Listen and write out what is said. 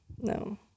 No